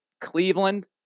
Cleveland